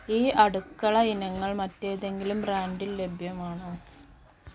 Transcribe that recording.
ഈ അടുക്കള ഇനങ്ങൾ മറ്റേതെങ്കിലും ബ്രാൻറ്റിൽ ലഭ്യമാണോ